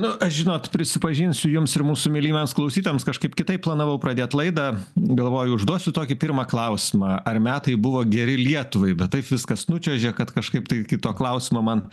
nu žinot prisipažinsiu jums ir mūsų mylimiems klausytojams kažkaip kitaip planavau pradėt laidą galvoju užduosiu tokį pirmą klausimą ar metai buvo geri lietuvai bet taip viskas nučiuožė kad kažkaip tai iki to klausimo man